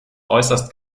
äußert